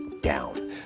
down